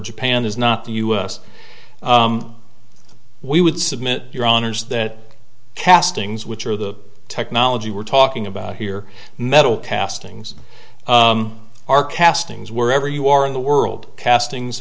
japan is not the u s we would submit your honour's that castings which are the technology we're talking about here metal castings are castings wherever you are in the world castings